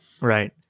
Right